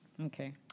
Okay